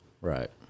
Right